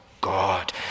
God